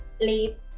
late